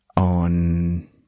on